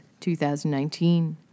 2019